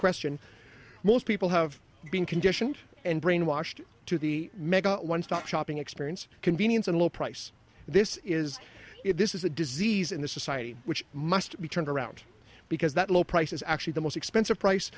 question most people have been conditioned and brainwashed to the mega one stop shopping experience convenience and low price this is if this is a disease in the society which must be turned around because that low price is actually the most expensive price